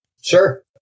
Sure